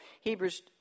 Hebrews